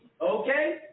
Okay